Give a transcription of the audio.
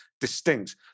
distinct